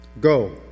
Go